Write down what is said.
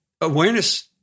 awareness